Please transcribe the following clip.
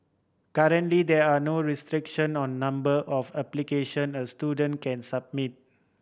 currently there are no restriction on number of application a student can submit